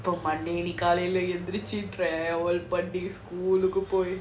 from monday காலைல எந்திரிச்சி:kaalaila enthirichi